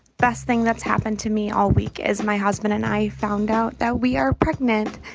best thing that's happened to me all week is my husband and i found out that we are pregnant.